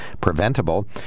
preventable